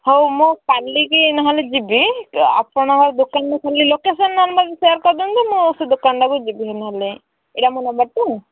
ହଉ ମୁଁ କାଲି କି ନହେଲେ ଯିବି ଆପଣଙ୍କ ଦୋକାନର ଖାଲି ଲୋକେସନ୍ ନମ୍ବର୍ ସେୟାର୍ କରଦିଅନ୍ତୁ ମୁଁ ସେ ଦୋକନଟାକୁ ଯିବି ନହେଲେ ଏଇଟା ମୋ ନମ୍ବର୍ ତ